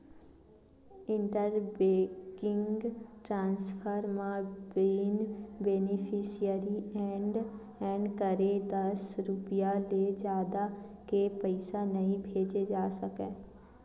inter banking transfer म बिन beneficiary add करे दस रूपिया ले जादा के पइसा नइ भेजे जा सकय